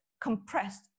compressed